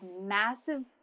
massive